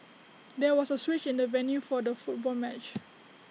there was A switch in the venue for the football match